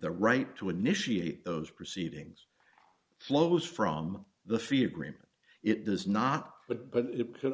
the right to initiate those proceedings flows from the fear agreement it does not but it could